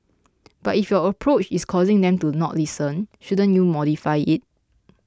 but if your approach is causing them to not listen shouldn't you modify it